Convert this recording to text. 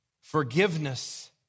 Forgiveness